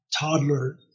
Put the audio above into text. toddler